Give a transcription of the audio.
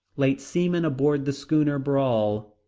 late seaman aboard the schooner brawl,